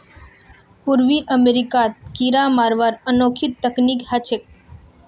पूर्वी अमेरिकात कीरा मरवार अनोखी तकनीक ह छेक